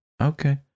Okay